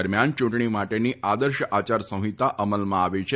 દરમ્યાન ચૂંટણી માટેની આદર્શ આચાર સંહિતા અમલમાં આવી છે